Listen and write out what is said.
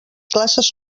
classes